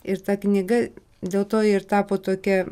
ir ta knyga dėl to ji ir tapo tokia